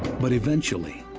but eventually,